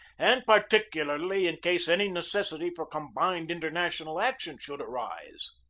and particularly in case any necessity for combined international action should arise.